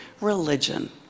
religion